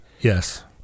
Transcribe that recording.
Yes